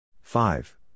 five